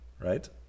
Right